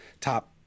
top